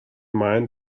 mind